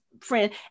friend